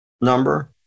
number